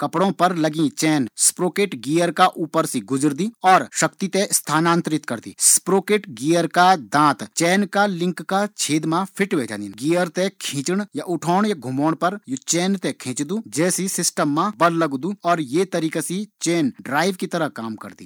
कपड़ो पर लगी चैन स्प्रेॉकेट गियर का माध्यम सी काम करदी ये गियर का माध्यम से चैन कपड़ो पर गुजरदी और शक्ति ते स्थानांतरण करिक ते स्परोक्रेट गियर का दाँत चैन का गियरो मा फिट ह्वे जाँदीन।